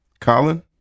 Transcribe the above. Colin